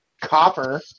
Copper